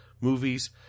Movies